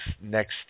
next